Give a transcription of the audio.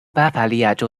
巴伐利亚州